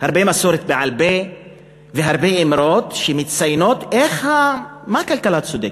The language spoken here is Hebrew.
הרבה מסורת בעל-פה והרבה אמרות שמציינות מה זה כלכלה צודקת.